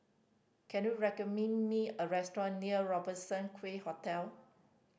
can you recommend me a restaurant near Robertson Quay Hotel